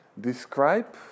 describe